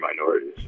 minorities